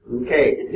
Okay